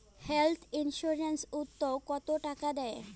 Health insurance ওত কত টাকা দেয়?